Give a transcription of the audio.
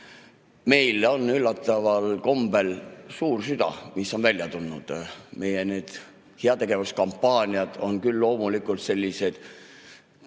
Meil on üllataval kombel suur süda, mis on välja tulnud. Meie heategevuskampaaniad on küll loomulikult sellised